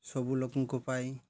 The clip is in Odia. ସବୁ ଲୋକଙ୍କ ପାଇ